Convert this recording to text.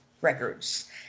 records